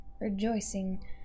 rejoicing